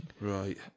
Right